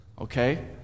okay